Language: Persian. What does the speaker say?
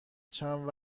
چند